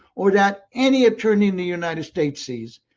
or that any attorney in the united states sees,